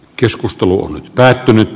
keskustelu on päättynyt